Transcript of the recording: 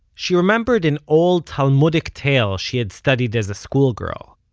she remembered an old talmudic tale she had studied as a schoolgirl.